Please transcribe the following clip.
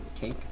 Cake